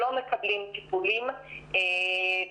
הם לא מקבלים טיפולים בכלל,